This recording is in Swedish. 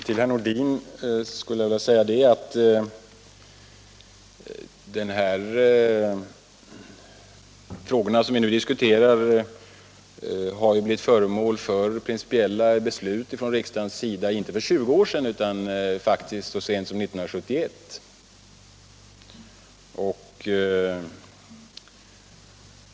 Till herr Nordin skulle jag vilja säga att de frågor som vi nu diskuterar har blivit föremål för principiella beslut från riksdagens sida — inte för tjugo år sedan utan faktiskt så sent som 1971.